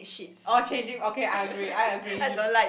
orh changing okay I agree I agree you